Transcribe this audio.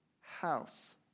house